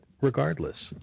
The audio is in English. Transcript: regardless